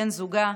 בן זוגה,